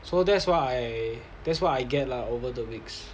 so that's why I that's why I get lah over the weeks